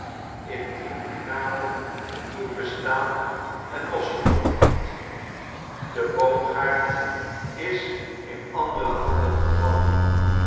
indien hij namelijk toen bestaan en losgeloopen had de boomgaard is in andere handen gevallen